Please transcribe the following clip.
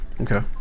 Okay